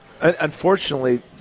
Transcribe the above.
Unfortunately